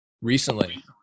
recently